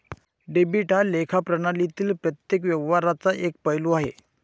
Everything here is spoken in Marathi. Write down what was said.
डेबिट हा लेखा प्रणालीतील प्रत्येक व्यवहाराचा एक पैलू आहे